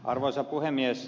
arvoisa puhemies